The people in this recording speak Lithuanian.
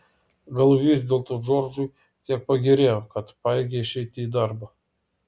gal vis dėlto džordžui tiek pagerėjo kad pajėgė išeiti į darbą